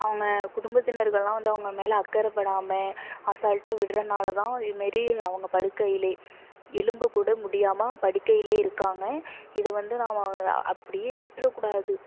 அவங்க குடும்பத்தினர்களெலாம் வந்து அவங்க மேலே அக்கறை படாமல் அசால்ட்டாக விடுறதுனாலதான் இது மாதிரி அவங்க படுக்கையிலே எழும்பக்கூட முடியாமல் படுக்கையிலே இருக்காங்க இதை வந்து நாம் அப்படியே விட்டுறக்கூடாது